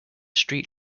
street